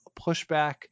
pushback